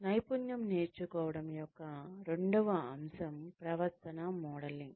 నైపుణ్యం నేర్చుకోవడం యొక్క రెండవ అంశం ప్రవర్తన మోడలింగ్